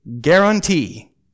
guarantee